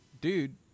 Dude